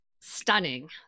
stunning